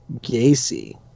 Gacy